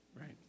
right